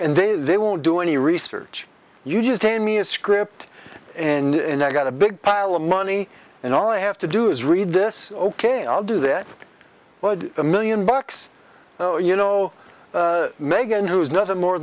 and they they will do any research you just hand me a script and i got a big pile of money and all i have to do is read this ok i'll do that but a million bucks you know megan who is nothing more